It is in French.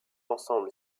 ensemble